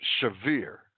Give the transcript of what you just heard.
severe